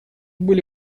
были